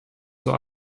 zur